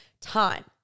time